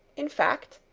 in fact,